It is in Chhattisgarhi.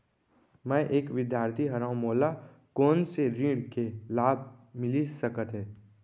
मैं एक विद्यार्थी हरव, मोला कोन से ऋण के लाभ मिलिस सकत हे?